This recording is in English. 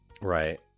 Right